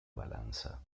balanza